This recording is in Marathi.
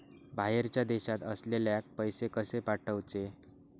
बाहेरच्या देशात असलेल्याक पैसे कसे पाठवचे?